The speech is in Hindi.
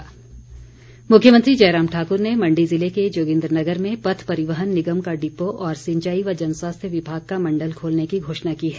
मुख्यमंत्री मुख्यमंत्री जयराम ठाकुर ने मण्डी ज़िले के जोगिन्द्रनगर में पथ परिवहन निगम का डिपो और सिंचाई व जन स्वास्थ्य विभाग का मण्डल खोलने की घोषणा की है